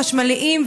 חשמליים,